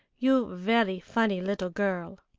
you very funny little girl!